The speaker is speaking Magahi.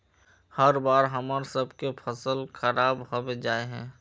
हर बार हम्मर सबके फसल खराब होबे जाए है?